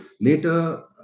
later